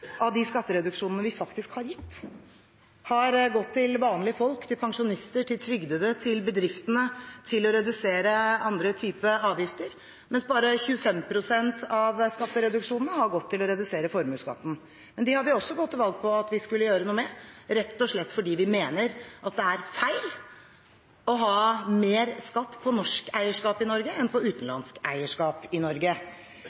av de skattereduksjonene vi faktisk har gitt, har gått til vanlige folk, til pensjonister, til trygdede, til bedriftene og til å redusere andre type avgifter, mens bare 25 pst. av skattereduksjonene har gått til å redusere formuesskatten. Men den har vi også gått til valg på at vi skulle gjøre noe med, rett og slett fordi vi mener at det er feil å ha mer skatt på norsk eierskap i Norge enn på